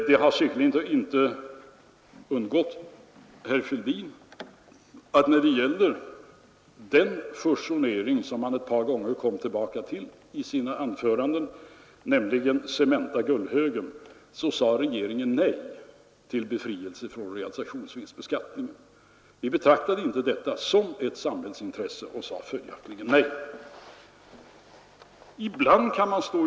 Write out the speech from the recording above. Det har säkerligen inte undgått herr Fälldin att när det gäller den fusionering som han ett par gånger kom tillbaka till i sina anföranden, nämligen Cementa-Gullhögen, sade regeringen nej till befrielse från realisationsvinstbeskattningen. Vi betraktade inte det samgåendet som ett samhällsintresse och sade följaktligen nej.